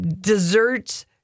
desserts